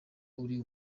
uri